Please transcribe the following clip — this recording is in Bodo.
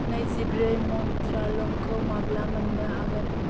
नोजिब्रै मन्थ्रा लंखौ माब्ला मोन्नो हागोन